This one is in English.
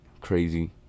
Crazy